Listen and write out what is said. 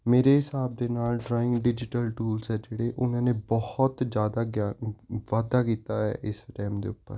ਮੇਰੇ ਹਿਸਾਬ ਦੇ ਨਾਲ ਡਰਾਇੰਗ ਡਿਜੀਟਲ ਟੂਲਸ ਹੈ ਜਿਹੜੇ ਉਹਨਾਂ ਨੇ ਬਹੁਤ ਜ਼ਿਆਦਾ ਗਿਆਨ ਵਾਧਾ ਕੀਤਾ ਹੈ ਇਸ ਟਾਈਮ ਦੇ ਉੱਪਰ